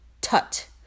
Tut